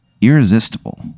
irresistible